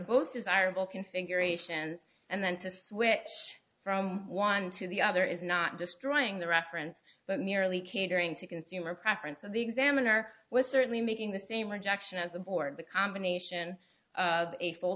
both desirable configurations and then to switch from one to the other is not destroying the reference but merely catering to consumer preference of the examiner was certainly making the same rejection as the board the combination of a